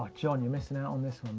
john, you're missing out on this